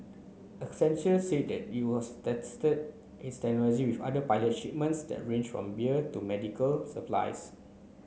accenture said it was tested its technology with other pilot shipments that range from beer to medical supplies